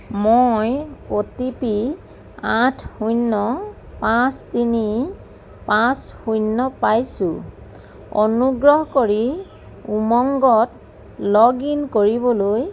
মই O T P আঠ শূন্য পাঁচ তিনি পাঁচ শূন্য পাইছোঁ অনুগ্ৰহ কৰি উমংগত লগ ইন কৰিবলৈ